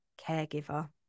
caregiver